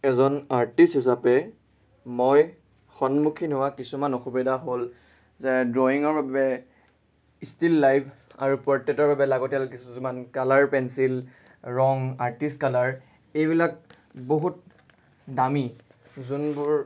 এজন আৰ্টিষ্ট হিচাপে মই সন্মুখীন হোৱা কিছুমান অসুবিধা হ'ল যে ড্ৰয়িঙৰ বাবে ষ্টীল লাইফ আৰু পৰ্ট্ৰেটৰ বাবে লাগতিয়াল কিছুুমান কালাৰ পেঞ্চিল ৰং আৰ্টিষ্ট কালাৰ এইবিলাক বহুত দামী যোনবোৰ